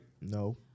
no